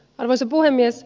arvoisa puhemies